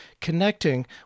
connecting